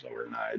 overnight